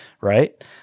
right